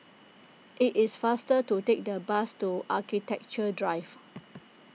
it is faster to take the bus to Architecture Drive